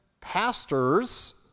pastors